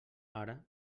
ara